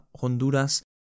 Honduras